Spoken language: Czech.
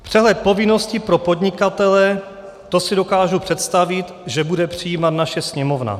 Přehled povinností pro podnikatele to si dokážu představit, že bude přijímat naše Sněmovna.